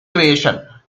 creation